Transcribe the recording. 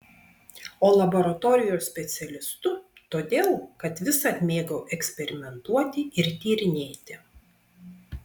o laboratorijos specialistu todėl kad visad mėgau eksperimentuoti ir tyrinėti